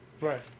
Right